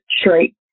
straight